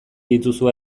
dituzue